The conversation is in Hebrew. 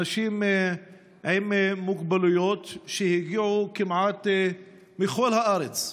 אנשים עם מוגבלויות הגיעו כמעט מכל הארץ,